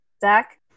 Zach